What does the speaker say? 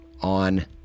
on